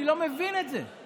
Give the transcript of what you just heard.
אני לא מבין את זה.